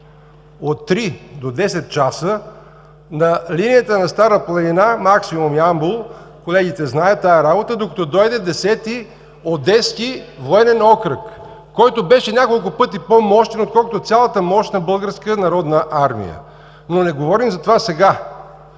три до десет часа на линията на Стара планина, максимум Ямбол – колегите знаят тази работа, докато дойде Десети одески военен окръг, който беше няколко пъти по-мощен, отколкото цялата мощ на Българска народна армия, но не говорим за това сега.